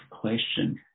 question